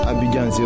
Abidjan